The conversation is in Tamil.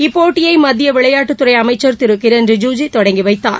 இப்போட்டியை மத்திய விளையாட்டுத் துறை அமைச்சர் திரு கிரண் ரிஜிஜூ தொடங்கிவைத்தார்